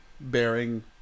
bearing